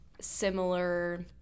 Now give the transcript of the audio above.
similar